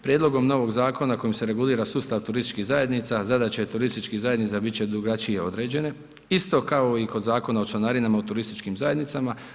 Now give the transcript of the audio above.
Prijedlogom novog zakona kojim se regulira sustav turističkih zajednica, zadaće turističkih zajednica bit će drugačije određene, isto kao i kod Zakona o članarinama u turističkim zajednicama.